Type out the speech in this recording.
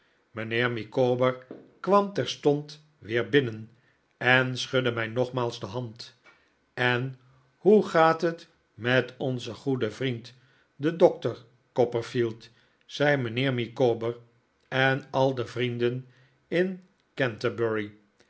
mijnheer micawber kwam terstond weer binnen en schudde mij nogmaals de hand en hoe gaat het met onzen goeden vriend den doctor copperfield zei mijnheer micawber en al de vrienden in canterbury